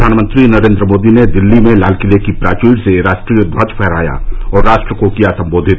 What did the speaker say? प्रधानमंत्री नरेन्द्र मोदी ने दिल्ली में लाल किले की प्राचीर से राष्ट्रीय ध्वज फहराया और राष्ट्र को किया सम्बोधित